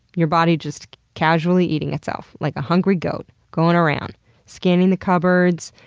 your body just casually eating itself like a hungry goat, going around scanning the cupboards,